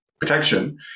protection